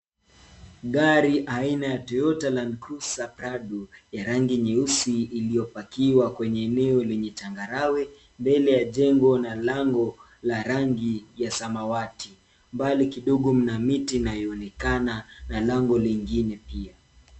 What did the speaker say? Gari aina ya Toyota Land Cruiser Prado ya rangi nyeusi iliyopakiwa kwenye eneo lenye changarawe mbele ya jengo na lango la rangi ya samawati. Mbali kidogo, mna miti inayoonekana na lango lingine pia.